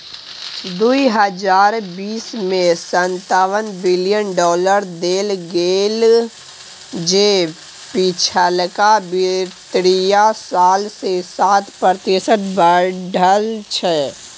दुइ हजार बीस में सनतावन बिलियन डॉलर देल गेले जे पिछलका वित्तीय साल से सात प्रतिशत बढ़ल छै